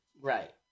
Right